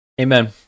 amen